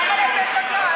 למה צריך לתת דקה?